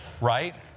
Right